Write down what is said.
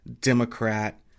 Democrat